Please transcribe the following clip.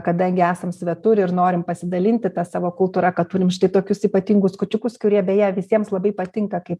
kadangi esam svetur ir norim pasidalinti ta savo kultūra kad turim štai tokius ypatingus kūčiukus kurie beje visiems labai patinka kaip